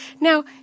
Now